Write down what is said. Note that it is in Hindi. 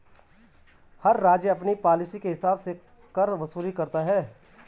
हर राज्य अपनी पॉलिसी के हिसाब से कर वसूली करता है